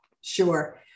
Sure